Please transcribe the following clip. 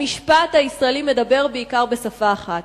המשפט הישראלי מדבר בעיקר בשפה אחת,